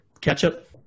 Ketchup